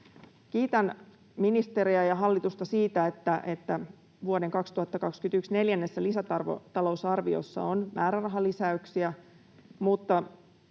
Kiitän ministeriä ja hallitusta siitä, että vuoden 2021 neljännessä lisätalousarviossa on määrärahalisäyksiä,